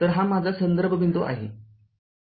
तर हा माझा संदर्भ बिंदू आहे